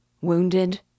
Wounded